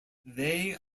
they